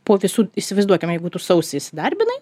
po visų įsivaizduokim jeigu tu sausį įsidarbinai